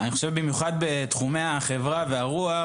ובמיוחד בתחומי מדעי החברה והרוח,